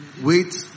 wait